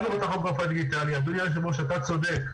אדוני היושב-ראש, אתה צודק.